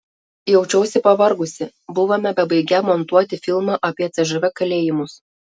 jaučiausi pavargusi buvome bebaigią montuoti filmą apie cžv kalėjimus